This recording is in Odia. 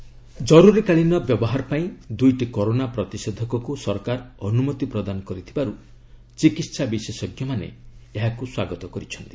କରୋନା ଭାଇରସ୍ ଏକୁପର୍ଟ ଜରୁରୀକାଳୀନ ବ୍ୟବହାର ପାଇଁ ଦୁଇଟି କରୋନା ପ୍ରତିଷେଧକକୁ ସରକାର ଅନୁମତି ପ୍ରଦାନ କରିଥିବାରୁ ଚିକିତ୍ସା ବିଶେଷଜ୍ଞମାନେ ଏହାକୁ ସ୍ୱାଗତ କରିଛନ୍ତି